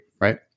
Right